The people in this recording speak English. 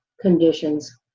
conditions